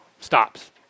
stops